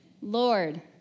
Lord